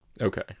Okay